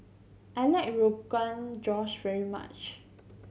I like Rogan Josh very much